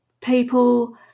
people